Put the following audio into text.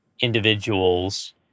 individuals